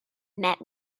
met